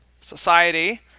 society